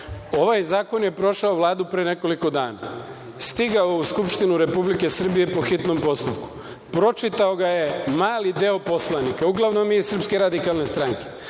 zakon je prošao Vladu pre nekoliko dana. Stigao u Skupštinu Republike Srbije po hitnom postupku, pročitao ga je mali deo poslanika, uglavnom mi iz Srpske radikalne stranke.